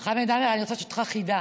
חמד עמאר, אני רוצה לשאול אותך חידה.